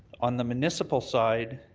on the municipal side,